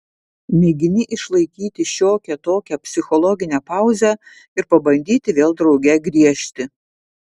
mėgini išlaikyti šiokią tokią psichologinę pauzę ir pabandyti vėl drauge griežti